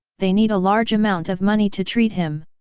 they need a large amount of money to treat him.